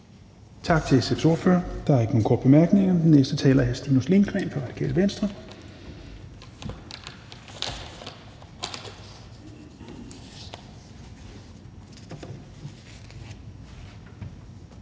Tak til SF's ordfører. Der er ikke nogen korte bemærkninger. Den næste taler er hr. Stinus Lindgreen fra Radikale Venstre.